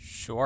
Sure